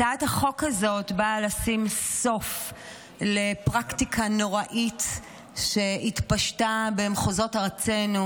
הצעת החוק הזאת באה לשים סוף לפרקטיקה נוראית שהתפשטה במחוזות ארצנו,